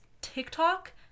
TikTok